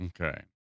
okay